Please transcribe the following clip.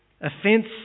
Offence